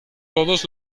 todos